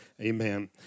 Amen